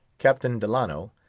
captain delano,